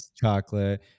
chocolate